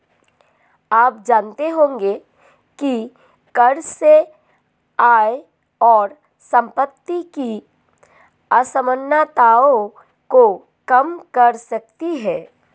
आप जानते होंगे की कर से आय और सम्पति की असमनताओं को कम कर सकते है?